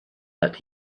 that